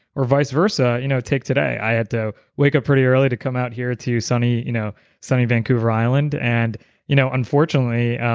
or vice versa you know take today. i had to wake up pretty early to come out here to sunny you know sunny vancouver island and you know unfortunately,